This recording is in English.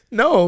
no